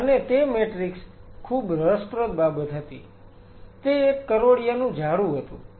અને તે મેટ્રિક્સ ખૂબ રસપ્રદ બાબત હતી તે એક કરોળિયાનું જાળું હતું